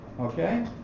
Okay